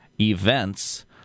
events